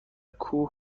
کوه